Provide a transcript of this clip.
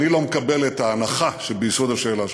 אני לא מקבל את ההנחה שביסוד השאלה שלך.